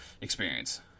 experience